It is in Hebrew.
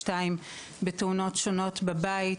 22 בתאונות שונות בבית,